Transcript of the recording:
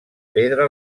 pedra